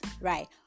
right